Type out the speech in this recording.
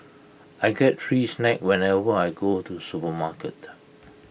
I get free snacks whenever I go to the supermarket